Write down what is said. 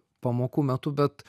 pamokų metu bet